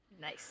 Nice